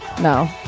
no